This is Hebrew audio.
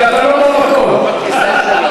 אני מוותר.